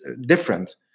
different